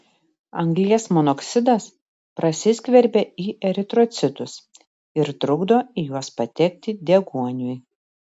anglies monoksidas prasiskverbia į eritrocitus ir trukdo į juos patekti deguoniui